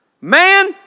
man